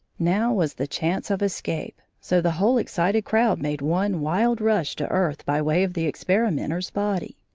now was the chance of escape, so the whole excited crowd made one wild rush to earth by way of the experimenter's body.